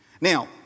Now